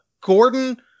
Gordon